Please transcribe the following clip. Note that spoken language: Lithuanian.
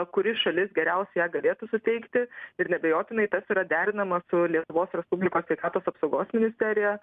kuri šalis geriausiai ją galėtų suteikti ir neabejotinai tas yra derinama su lietuvos respublikos sveikatos apsaugos ministerija